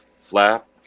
flap